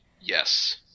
Yes